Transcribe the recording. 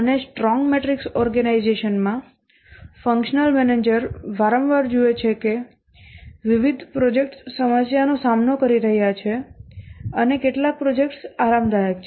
અને strong matrix organization માં functional manager વારંવાર જુએ છે કે વિવિધ પ્રોજેક્ટ્સ સમસ્યાનો સામનો કરી રહ્યા છે અને કેટલાક પ્રોજેક્ટ્સ આરામદાયક છે